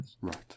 Right